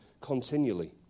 continually